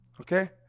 Okay